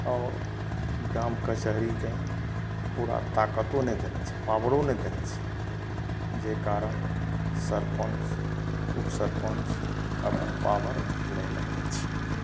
आओर ग्राम कचहरीके पूरा ताकतो नहि देने छै पाबरो नहि देने छै जे कारण सरपञ्च उप सरपञ्च अपन पाबर नहि लगबै छै